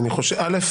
א',